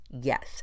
Yes